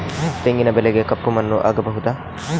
ತೆಂಗಿನ ಬೆಳೆಗೆ ಕಪ್ಪು ಮಣ್ಣು ಆಗ್ಬಹುದಾ?